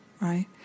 right